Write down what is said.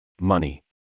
Money